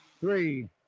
three